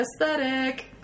aesthetic